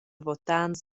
votants